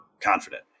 confident